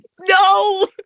No